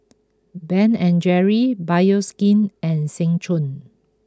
Ben and Jerry's Bioskin and Seng Choon